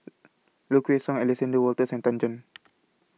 Low Kway Song Alexander Wolters and Tan Chan